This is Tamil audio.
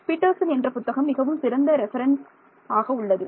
பீட்டர்சன் என்ற புத்தகம் மிகவும் சிறந்த ரெபெரென்ஸ் உள்ளது